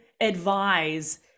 advise